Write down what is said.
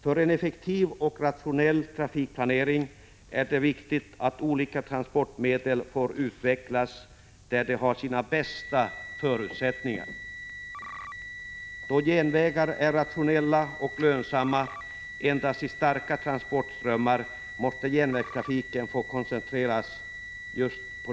För en effektiv och rationell trafikplanering är det viktigt att olika transportmedel får utvecklas där de har sina bästa förutsättningar. Då järnvägar är rationella och lönsamma endast i starka transportströmmar, måste järnvägstrafiken få koncentreras dit.